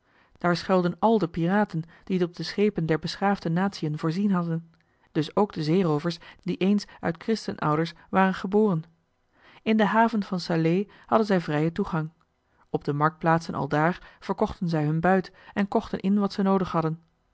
daar schuilden al de piraten die het op de schepen der beschaafde natiën voorzien hadden dus ook de zeeroovers die eens uit christenouders waren geboren in de haven van salé hadden zij vrijen toegang op de marktplaatsen aldaar verkochten zij hun buit en kochten in wat ze noodig hadden